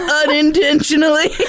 unintentionally